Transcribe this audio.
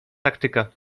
taktyka